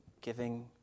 giving